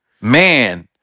Man